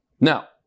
Now